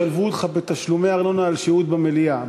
יחייבו אותך בתשלומי ארנונה על שהות במליאה.